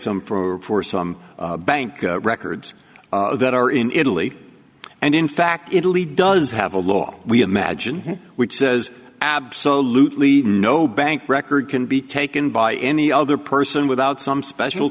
some for some bank records that are in italy and in fact italy does have a law we have magine which says absolutely no bank record can be taken by any other person without some special